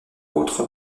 autres